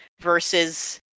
versus